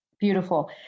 beautiful